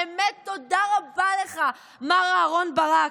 באמת תודה רבה לך, מר אהרן ברק.